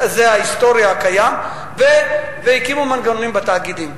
זה ההיסטורי הקיים, והקימו מנגנונים בתאגידים.